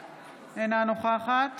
אינה נוכחת